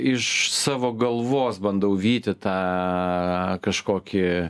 iš savo galvos bandau vyti tą kažkokį